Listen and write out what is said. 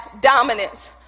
dominance